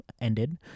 ended